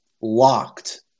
locked